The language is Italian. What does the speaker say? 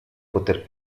poter